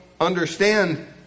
understand